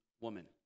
woman